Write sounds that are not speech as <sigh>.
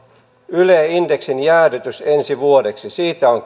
yle indeksin jäädytys ensi vuodeksi siitä on <unintelligible>